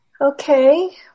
Okay